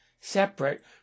separate